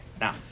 now